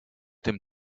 dem